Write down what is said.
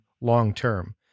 long-term